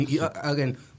Again